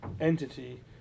entity